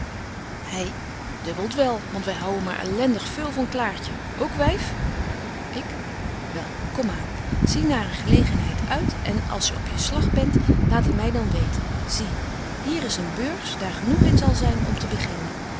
hy dubbelt wel want wy houwen maar elendig veul van klaartje ook wyf ik wel kom aan zie naar een gelegenheid uit en als je op je slag bent laat het my dan weten zie hier is een beurs daar genoeg in zal zyn om te beginnen